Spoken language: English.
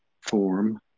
form